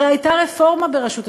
הרי הייתה רפורמה ברשות השידור,